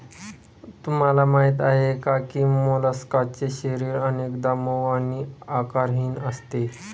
तुम्हाला माहीत आहे का की मोलस्कचे शरीर अनेकदा मऊ आणि आकारहीन असते